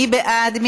מי בעד?